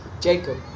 Jacob